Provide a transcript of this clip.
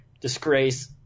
disgrace